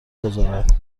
گذارد